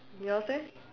yours eh